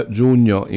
giugno